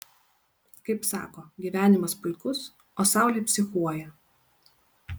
kaip sako gyvenimas puikus o saulė psichuoja